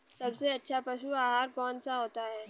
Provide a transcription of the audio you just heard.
सबसे अच्छा पशु आहार कौन सा होता है?